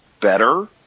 better